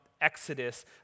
Exodus